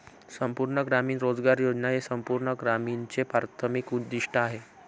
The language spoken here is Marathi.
संपूर्ण ग्रामीण रोजगार योजना हे संपूर्ण ग्रामीणचे प्राथमिक उद्दीष्ट आहे